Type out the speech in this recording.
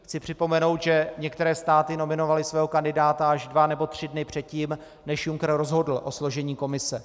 Chci připomenout, že některé státy nominovaly svého kandidáta až dva nebo tři dny předtím, než Juncker rozhodl o složení Komise.